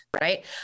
right